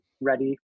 ready